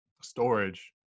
storage